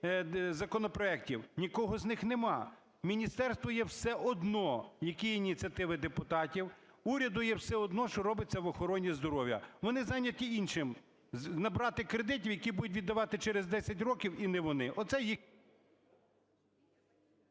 законопроектів. Нікого з них немає. Міністерству є все одно, які ініціативи депутатів, уряду є все одно, що робиться в охороні здоров'я. Вони зайняті іншим: набрати кредитів, які будуть віддавати через десять років і не вони. Оце їх…